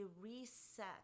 reset